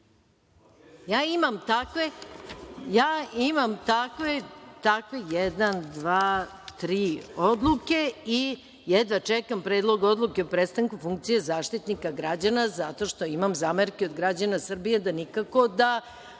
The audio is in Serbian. Ja imam takve, dve ili tri odluke i jedva čekam predlog odluke o prestanku funkcije Zaštitnika građana zato što imam zamerke od građana Srbije da nikako da